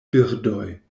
birdoj